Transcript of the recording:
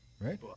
right